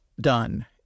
done